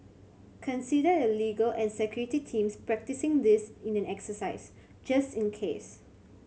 consider the legal and security teams practising this in an exercise just in case